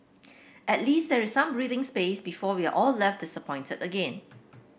at least there is some breathing space before we are all left disappointed again